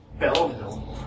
Belleville